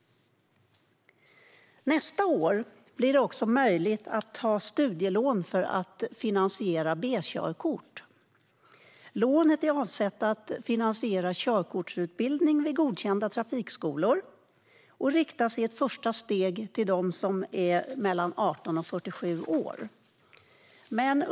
Nästa år blir det möjligt att ta studielån för att finansiera B-körkort. Lånet är avsett att finansiera körkortsutbildning vid godkända trafikskolor och riktas i ett första steg till människor mellan 18 och 47 år.